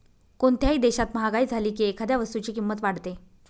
कोणत्याही देशात महागाई झाली की एखाद्या वस्तूची किंमत वाढते